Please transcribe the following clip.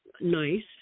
nice